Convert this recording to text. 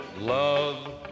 Love